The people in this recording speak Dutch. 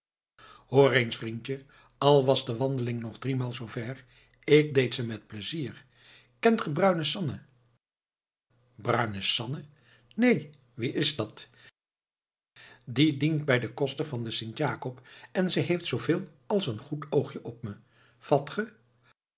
eens vriendje al was de wandeling nog driemaal zoo ver ik deed ze met pleizier kent ge bruine sanne bruine sanne neen wie is dat die dient bij den koster van de sint jacob en ze heeft zooveel als een goed oogje op me vat